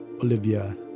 Olivia